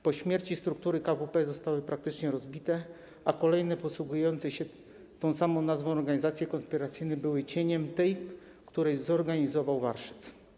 Po jego śmierci struktury KWP zostały praktycznie rozbite, a kolejne, posługujące się tą samą nazwą organizacje konspiracyjne były cieniem tej, którą zorganizował „Warszyc”